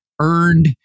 Earned